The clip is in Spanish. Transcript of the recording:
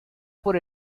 por